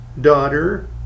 daughter